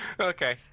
Okay